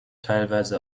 teilweise